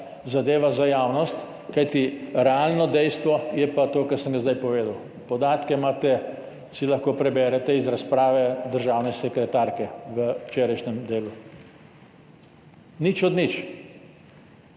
zadeva za javnost, kajti realno dejstvo je pa to, ki sem ga zdaj povedal. Podatke imate, lahko si jih preberete v razpravi državne sekretarke v včerajšnjem Delu. Nič od nič.